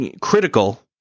critical